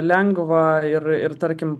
lengva ir ir tarkim